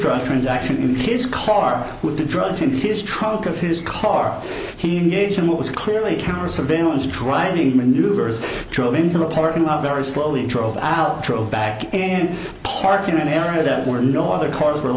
drug transaction in his car with drugs in his trunk of his car he engaged in what was clearly counter surveillance driving maneuvers drove into a parking lot very slowly drove out drove back and parked in an area that were no other cars were